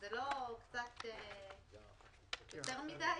זה לא קצת יותר מדי?